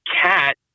cat